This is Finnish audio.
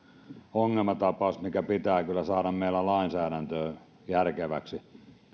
ongelmatapaus mikä pitää kyllä saada meillä lainsäädäntöön järkeväksi